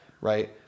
Right